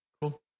Cool